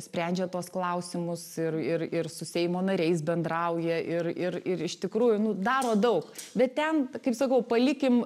sprendžia tuos klausimus ir ir ir su seimo nariais bendrauja ir ir ir iš tikrųjų nu daro daug bet ten kaip sakau palikim